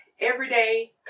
everyday